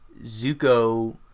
Zuko